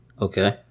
Okay